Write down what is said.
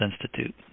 Institute